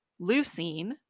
leucine